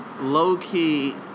low-key